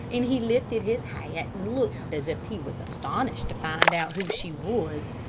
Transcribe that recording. and he lifted his hat and looked as if he was astonished to find out who she was.